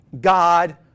God